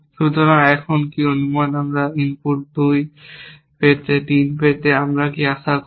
সুতরাং এখন কি অনুমান আমরা এই ইনপুট 2 ইনপুট 3 পেতে এখানে আমরা কি আশা করি